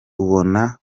ubona